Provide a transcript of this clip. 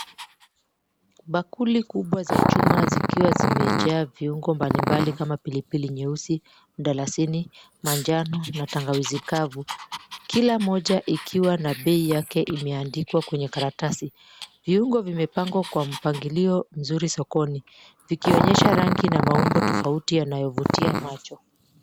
Bakuli kubwa za chuma zikiwa zimejaa viungo mbalimbali kama pilipili nyeusi, mdalasini, manjano na tangawizi kavu, kila moja ikiwa na bei yake imeandikwa kwenye karatasi. Viungo vimepangwa kwa mpangilio mzuri sokoni vikionyesha rangi na maumbo tofauti yanayovutia macho.